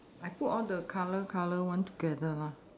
I put all the colour colour one together lah